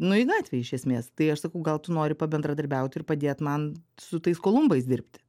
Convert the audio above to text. nu į gatvę iš esmės tai aš sakau gal tu nori pabendradarbiauti ir padėt man su tais kolumbais dirbti